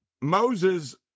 Moses